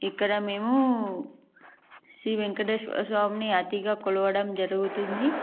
ఇక్కడ మేము శ్రీ వేంకటేశ్వర స్వామిని అతిగా కొలవడం జరుగుతుంది